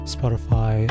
Spotify